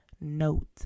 note